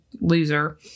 loser